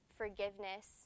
forgiveness